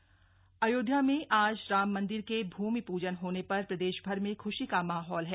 राम मंदिर भूमिपूजन अयोध्या में आज राम मंदिर के भूमि पूजन होने पर प्रदेशभर में ख्शी का माहौल है